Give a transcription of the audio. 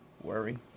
worry